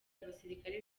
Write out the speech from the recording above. abasirikare